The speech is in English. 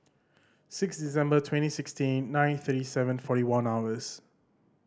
six December twenty sixteen nine thirty seven forty one hours